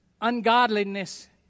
Ungodliness